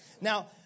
Now